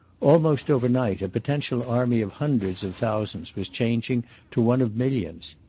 almost overnight a potential army of hundreds of thousands was changing to one of millions.